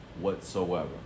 whatsoever